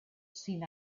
sin